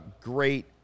great